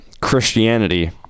Christianity